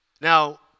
Now